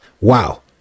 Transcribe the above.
Wow